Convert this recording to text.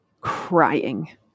crying